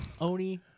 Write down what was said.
Oni